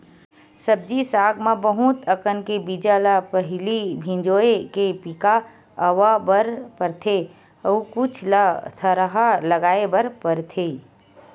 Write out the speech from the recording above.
सब्जी साग म बहुत अकन के बीजा ल पहिली भिंजोय के पिका अवा बर परथे अउ कुछ ल थरहा लगाए बर परथेये